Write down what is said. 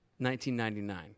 1999